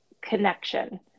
connection